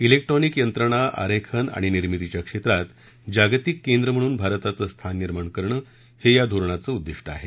क्रिक्ट्रॉनिक यंत्रणा आरेखन आणि निर्मितीच्या क्षेत्रात जागतिक केंद्र म्हणून भारताचं स्थान निर्माण करण हे या धोरणाचं उद्दिष्ट आहे